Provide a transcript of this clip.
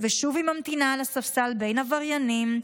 ושוב היא ממתינה על הספסל בין עבריינים,